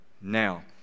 now